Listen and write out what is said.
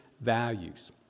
values